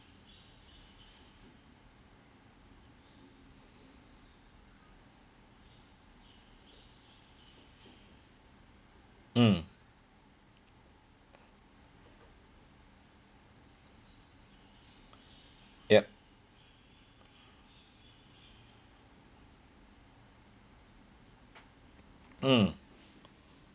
mm yup mm